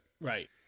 Right